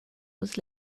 was